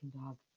dog